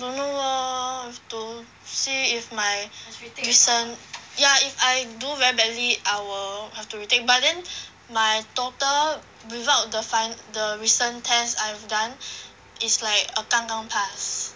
don't know orh to see if my this one yeah if I do very badly I will have to retake but then my total without the fin~ the recent test I've done is like a 刚刚 pass